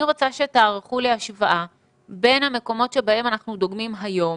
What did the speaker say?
אני רוצה שתערכו לי השוואה בין המקומות שבהם אנחנו דוגמים היום